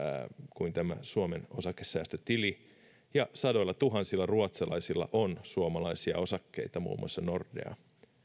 kuin tämä suomen osakesäästötili ja sadoillatuhansilla ruotsalaisilla on suomalaisia osakkeita muun muassa nordeaa